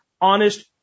honest